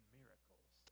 miracles